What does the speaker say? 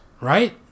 right